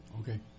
okay